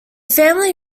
family